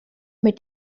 mit